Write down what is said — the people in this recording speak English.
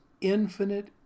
infinite